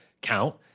count